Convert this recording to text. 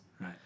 Right